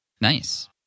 Nice